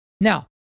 Now